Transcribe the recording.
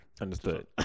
Understood